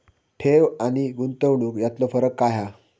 ठेव आनी गुंतवणूक यातलो फरक काय हा?